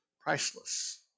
priceless